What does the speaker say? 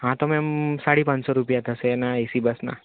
હા તો મેમ સાડી પાનસો રૂપિયા થશે એના એસી બસના